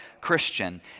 Christian